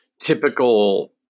typical